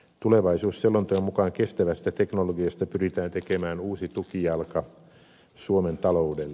tulevaisuusselonteon mukaan kestävästä teknologiasta pyritään tekemään uusi tukijalka suomen taloudelle